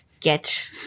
get